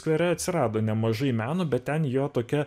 skvere atsirado nemažai meno bet ten jo tokia